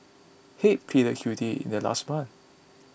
head pleaded guilty in their last month